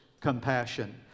compassion